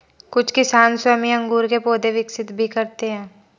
कुछ किसान स्वयं ही अंगूर के पौधे विकसित भी करते हैं